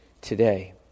today